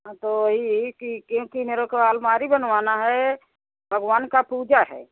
हाँ तो वही यही कि क्योंकि मेरे को अलमारी बनवाना है भगवान की पूजा है